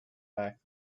back